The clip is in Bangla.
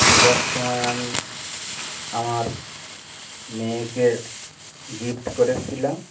পূজার সময় আমি আমার মেয়েকে গিফট করেছিলাম